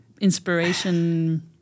inspiration